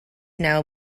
now